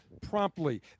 promptly